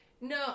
No